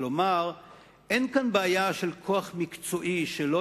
כלומר אין כאן בעיה של כוח מקצועי שלא